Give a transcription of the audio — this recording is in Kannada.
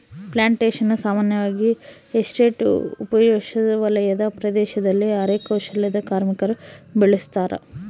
ಪ್ಲಾಂಟೇಶನ್ಸ ಸಾಮಾನ್ಯವಾಗಿ ಎಸ್ಟೇಟ್ ಉಪೋಷ್ಣವಲಯದ ಪ್ರದೇಶದಲ್ಲಿ ಅರೆ ಕೌಶಲ್ಯದ ಕಾರ್ಮಿಕರು ಬೆಳುಸತಾರ